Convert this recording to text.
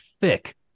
thick